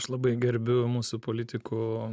aš labai gerbiu mūsų politikų